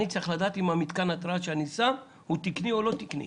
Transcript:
אני צריך לדעת אם מתקן ההתרעה שאני שם הוא תקני או לא תקני.